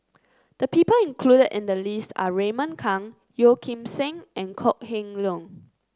the people included in the list are Raymond Kang Yeo Kim Seng and Kok Heng Leun